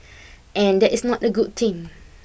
and that is not a good thing